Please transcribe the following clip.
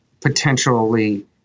potentially